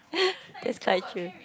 yeah that's quite true